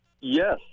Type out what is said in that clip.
yes